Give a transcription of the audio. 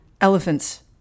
Elephant's